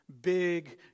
big